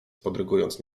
podrygując